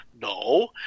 no